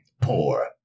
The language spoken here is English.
Poor